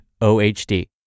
OHD